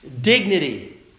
dignity